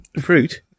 Fruit